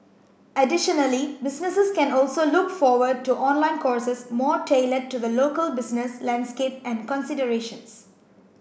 additionally businesses can also look forward to online courses more tailored to the local business landscape and considerations